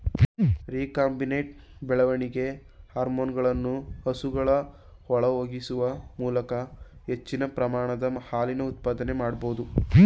recombinant ಬೆಳವಣಿಗೆ ಹಾರ್ಮೋನುಗಳನ್ನು ಹಸುಗಳ ಒಳಹೊಗಿಸುವ ಮೂಲಕ ಹೆಚ್ಚಿನ ಪ್ರಮಾಣದ ಹಾಲಿನ ಉತ್ಪಾದನೆ ಮಾಡ್ಬೋದು